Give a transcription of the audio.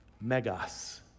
Megas